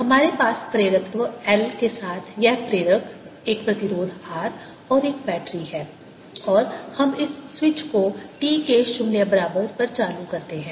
हमारे पास प्रेरकत्व L के साथ यह प्रेरक एक प्रतिरोध r और एक बैटरी है और हम इस स्विच को t के 0 बराबर पर चालू करते हैं